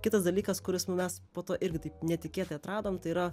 kitas dalykas kuris mes po to irgi taip netikėtai atradom tai yra